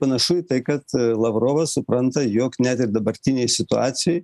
panašu į tai kad lavrovas supranta jog net ir dabartinėj situacijoj